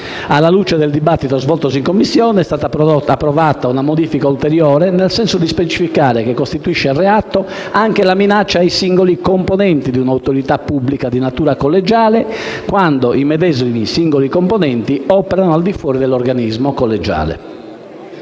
Alla luce del dibattito svoltosi in Commissione è stata approvata una modifica ulteriore, nel senso di specificare che costituisce reato anche la minaccia ai singoli componenti di un'autorità pubblica di natura collegiale, quando i medesimi singoli componenti operano al di fuori dell'organismo collegiale.